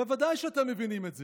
בוודאי שאתם מבינים את זה.